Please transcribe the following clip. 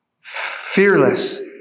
fearless